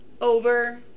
over